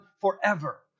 forever